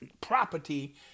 property